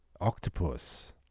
octopus